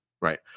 right